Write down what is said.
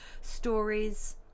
stories